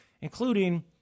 including